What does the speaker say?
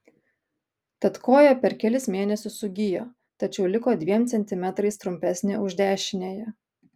tad koja per kelis mėnesius sugijo tačiau liko dviem centimetrais trumpesnė už dešiniąją